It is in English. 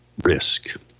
risk